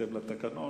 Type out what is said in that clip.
בהתאם לתקנון.